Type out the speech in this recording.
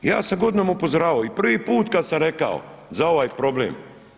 Ja sam godinama upozoravao i prvi put kad sam rekao za ovaj problem.